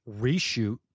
reshoot